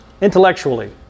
intellectually